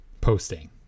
Posting